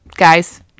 guys